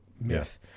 myth